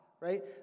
right